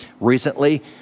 Recently